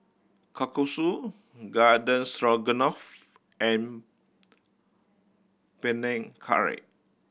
Kalguksu Garden Stroganoff and Panang Curry